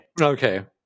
Okay